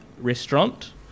restaurant